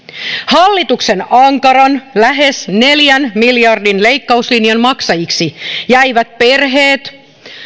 hallituksen ankaran lähes neljän miljardin leikkauslinjan maksajiksi jäivät perheet